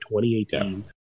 2018